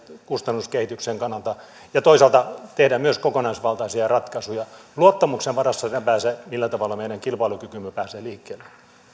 kustannuskehityksen kannalta ja toisaalta tehdä myös kokonaisvaltaisia ratkaisuja luottamuksen varassa lepää se millä tavalla meidän kilpailukykymme pääsee liikkeelle